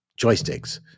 joysticks